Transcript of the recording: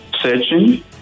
searching